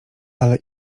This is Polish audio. ale